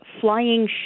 flying